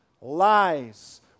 lies